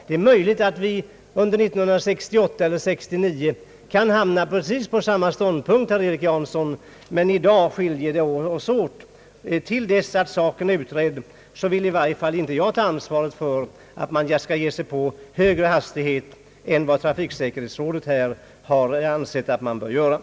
Det är möjligt att vi under 1968 eller 1969 kan hamna precis på samma ståndpunkt, herr Erik Jansson, men i dag är det en skillnad oss emellan — till dess att saken blivit utredd vill i varje fall inte jag ta ansvaret för ett beslut om högre hastighet än trafiksäkerhetsrådet har förordat.